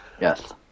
Yes